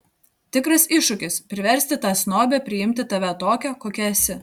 tikras iššūkis priversti tą snobę priimti tave tokią kokia esi